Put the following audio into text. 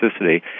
toxicity